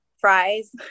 Fries